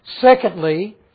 Secondly